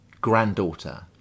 granddaughter